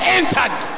entered